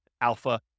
alpha